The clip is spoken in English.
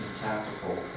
tactical